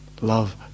Love